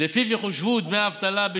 שלפיו יחושבו דמי האבטלה,